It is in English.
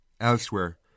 elsewhere